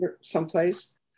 someplace